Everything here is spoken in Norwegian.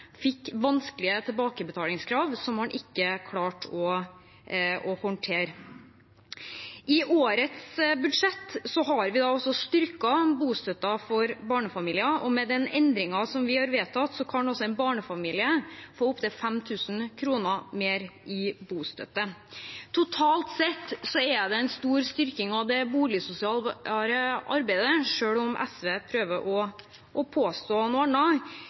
fikk vanskelige tilbakebetalingskrav som man ikke klarte å håndtere. I årets budsjett har vi også styrket bostøtten for barnefamilier. Med den endringen som vi har vedtatt, kan en barnefamilie få opp til 5 000 kr mer i bostøtte. Totalt sett er det en stor styrking av det boligsosiale arbeidet, selv om SV prøver å påstå noe